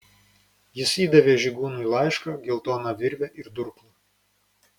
jis įdavė žygūnui laišką geltoną virvę ir durklą